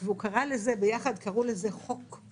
הוא חבר כנסת בלתי "נורבגי" לחלוטין.